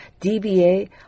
DBA